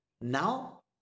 Now